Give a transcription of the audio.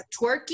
twerking